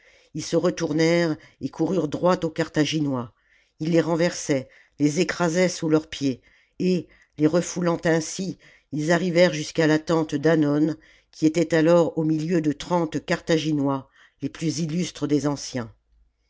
ils se retournèrent et coururent droit aux carthaginois ils les renversaient les écrasaient sous leurs pieds et les refoulant ainsi ils arrivèrent jusqu'à la tente d'hannon qui était alors au milieu de trente carthaginois les plus illustres des anciens